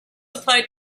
applied